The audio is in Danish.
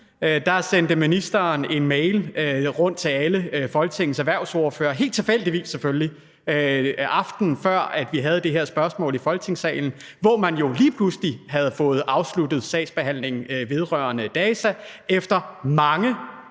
sendte en mail rundt til alle Folketingets erhvervsordførere – helt tilfældigt, selvfølgelig – altså aftenen før vi har det her spørgsmål i Folketingssalen, hvor man jo lige pludselig havde fået afsluttet sagsbehandlingen vedrørende DAZA efter rigtig